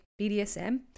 BDSM